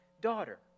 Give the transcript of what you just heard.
daughter